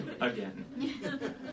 again